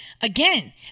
again